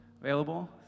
available